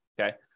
Okay